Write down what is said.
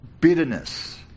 bitterness